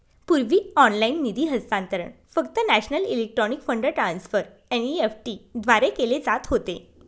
पूर्वी ऑनलाइन निधी हस्तांतरण फक्त national electronic fund transfer NEFT द्वारे केले जात होते